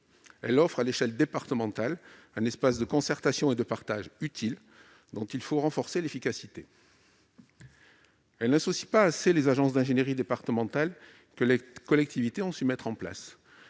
Elle offre à l'échelle départementale un espace de concertation et de partage utile, dont il faut renforcer l'efficacité. Elle n'associe pas assez les agences d'ingénierie départementales que les collectivités ont su mettre en place.